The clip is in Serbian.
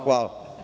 Hvala.